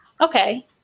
Okay